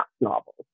novels